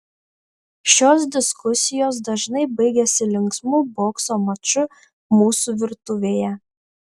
šios diskusijos dažnai baigiasi linksmu bokso maču mūsų virtuvėje